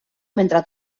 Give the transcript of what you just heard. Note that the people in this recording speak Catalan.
mentre